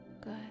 good